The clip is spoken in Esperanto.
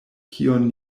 kion